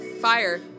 fire